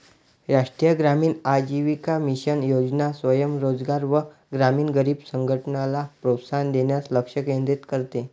राष्ट्रीय ग्रामीण आजीविका मिशन योजना स्वयं रोजगार व ग्रामीण गरीब संघटनला प्रोत्साहन देण्यास लक्ष केंद्रित करते